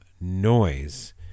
Noise